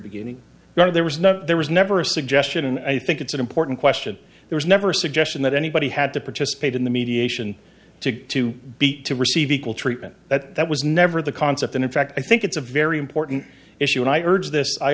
beginning there was no there was never a suggestion and i think it's an important question there was never a suggestion that anybody had to participate in the mediation to to be to receive equal treatment that that was never the concept and in fact i think it's a very important issue and i urge this i